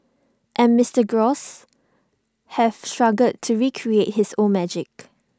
and Mister gross have struggled to recreate his old magic